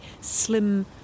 slim